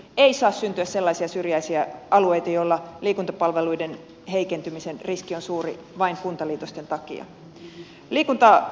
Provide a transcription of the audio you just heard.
ei saa syntyä sellaisia syrjäisiä alueita joilla liikuntapalveluiden heikentymisen riski on suuri vain kuntaliitosten takia